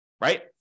Right